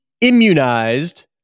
immunized